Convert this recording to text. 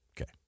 Okay